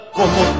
como